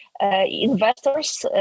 investors